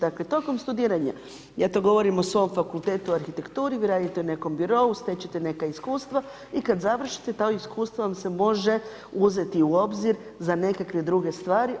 Dakle, tijekom studiranja, ja to govorim o svom fakultetu arhitekturi, vi radite u nekom birou, stječete neka iskustva i kada završite to iskustvo vam se može uzeti u obzir za nekakve druge stvari.